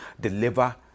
deliver